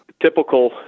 Typical